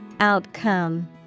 Outcome